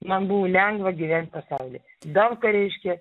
man buvo lengva gyvent pasauly daug ką reiškia